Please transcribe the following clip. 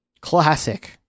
Classic